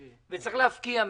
וצריך להפקיע ממנו.